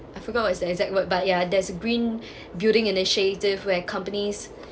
I forgot what's the exact word but yeah there's a green building initiative where companies